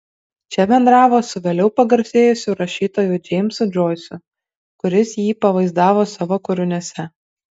čia bendravo su vėliau pagarsėjusiu rašytoju džeimsu džoisu kuris jį pavaizdavo savo kūriniuose